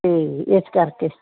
ਅਤੇ ਇਸ ਕਰਕੇ